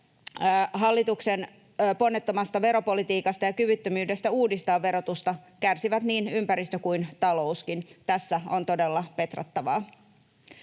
hallituksen ponnettomasta veropolitiikasta ja kyvyttömyydestä uudistaa verotusta kärsivät niin ympäristö kuin talouskin. Tässä on todella petrattavaa.